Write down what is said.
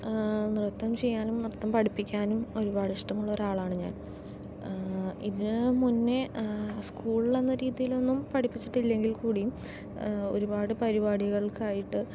നൃത്തം ചെയ്യാനും നൃത്തം പഠിപ്പിക്കാനും ഒരുപാട് ഇഷ്ഠമുള്ള ഒരാളാണ് ഞാൻ ഇതിന് മുന്നേ സ്കൂളിലെന്ന രീതിയിലൊന്നും പഠിപ്പിച്ചിട്ടില്ലെങ്കിൽ കൂടിയും ഒരുപാട് പരിപാടികൾക്കായിട്ട്